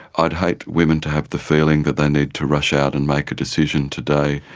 i'd hate women to have the feeling that they need to rush out and make a decision today.